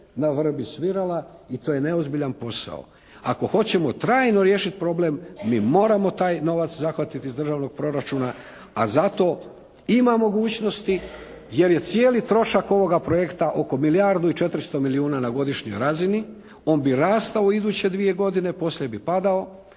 na vrbi svirala i to je neozbiljan posao. Ako hoćemo trajno riješiti problem mi moramo taj novac zahvatiti iz Državnog proračuna a za to ima mogućnosti jer je cijeli trošak ovoga projekta, oko milijardu i 400 milijuna na godišnjoj razini. On bi rastao iduće dvije godine, poslije bi padao.